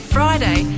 Friday